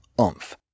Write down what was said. oomph